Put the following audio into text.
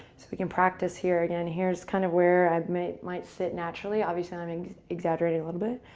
so we can practice here again. here's kind of where i might might sit naturally. obviously i'm and exaggerating a little bit.